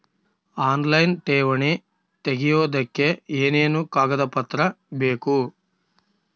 Online ಠೇವಣಿ ತೆಗಿಯೋದಕ್ಕೆ ಏನೇನು ಕಾಗದಪತ್ರ ಬೇಕು?